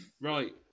Right